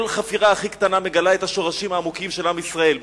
כל חפירה הכי קטנה מגלה את השורשים העמוקים של עם ישראל,